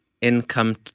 income